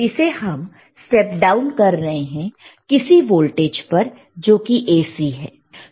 तो इसे हम स्टेप डाउन कर रहे हैं किसी वोल्टेज पर जो की AC है